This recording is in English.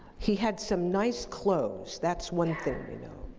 he had some nice clothes. that's one thing we know.